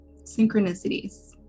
Synchronicities